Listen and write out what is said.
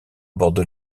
borde